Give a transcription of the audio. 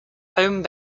home